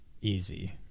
easy